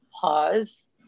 pause